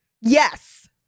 Yes